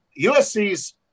USC's